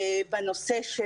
בנושא,